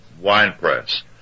winepress